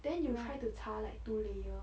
then you will try to 擦 like two layer